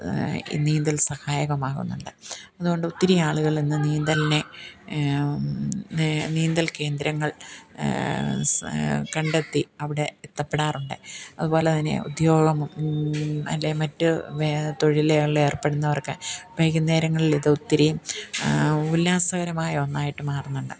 നീന്തൽ സഹായകമാകുന്നുണ്ട് അതുകൊണ്ട് ഒത്തിരി ആളുകളിൽ നിന്ന് നീന്തൽന് നീന്തൽ കേന്ദ്രങ്ങൾ സ് കണ്ടെത്തി അവിടെ എത്തപെടാറുണ്ട് അതുപോലെ തന്നെ ഉദ്യോഗം അല്ലേ മറ്റ് വെ തൊഴിലുകളിൽ ഏർപ്പെടുന്നവർക്ക് വൈകുന്നേരങ്ങളിൽ ഇതൊത്തിരി ഉല്ലാസകരമായ ഒന്നായിട്ട് മാറുന്നുണ്ട്